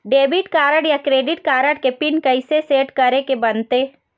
Debit card या credit card के PIN कइसे सेट करे के बनते?